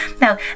Now